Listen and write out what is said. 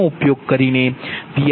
1560 j0